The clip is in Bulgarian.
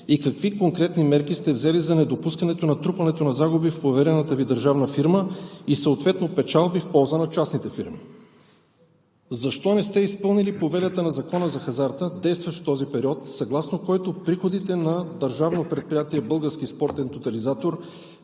и какви конкретни мерки сте взели за недопускането натрупване на загуби в поверената Ви държавна фирма и съответно печалби в полза на частните фирми? Защо не сте изпълнили повелята на Закона за захарта, действащ в този период, съгласно който приходите на Държавното